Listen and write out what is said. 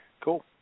Cool